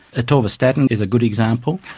ah atorvastatin is a good example.